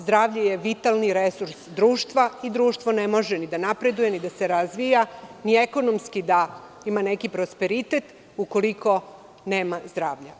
Zdravlje je vitalni resurs društva i društvo ne može ni da napreduje, ni da se razvija, ni ekonomski da ima neki prosperitet ukoliko nema zdravlja.